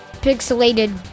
pixelated